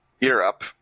Europe